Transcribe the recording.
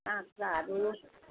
काँक्रोहरू